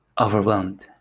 overwhelmed